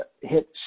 hit